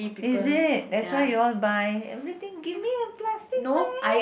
is it that's why you all buy everything give me a plastic bag